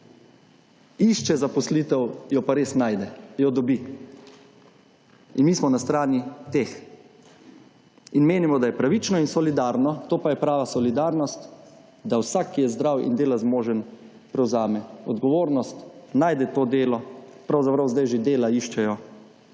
išče zaposlitev, jo pa res najde, jo dobi. In mi smo na strani teh. In menimo, da je pravično in solidarno, to pa je prava solidarnost, da vsak, ki je zdrav in dela zmožen, prevzame odgovornost, najde to delo, pravzaprav zdaj že dela iščejo,